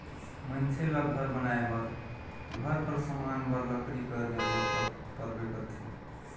मइनसे ल घर बनाए बर, घर कर समान बर लकरी कर जरूरत परबे करथे